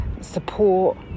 support